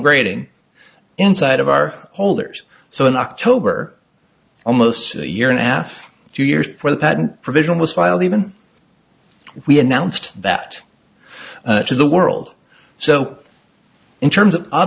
grating inside of our holders so in october almost a year and a half two years for the patent provision was filed even we announced that to the world so in terms of o